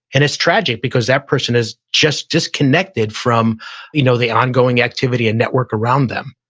and it's tragic because that person is just disconnected from you know the ongoing activity and network around them.